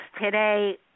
today